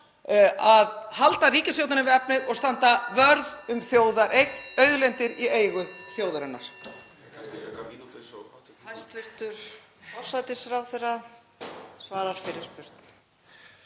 að halda ríkisstjórninni við efnið og standa vörð um þjóðareign. Auðlindir í eigu þjóðarinnar.